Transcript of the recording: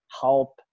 help